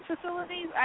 facilities